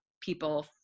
people